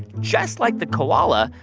just like the koala,